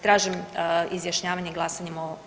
Tražim izjašnjavanje i glasanje.